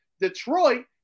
Detroit